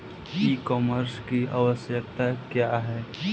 ई कॉमर्स की आवशयक्ता क्या है?